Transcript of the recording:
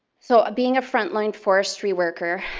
so being a front line forestry worker,